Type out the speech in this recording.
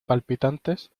palpitantes